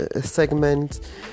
segment